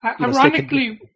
ironically